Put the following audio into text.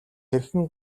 хэрхэн